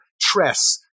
Tress